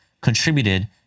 contributed